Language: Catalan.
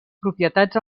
propietats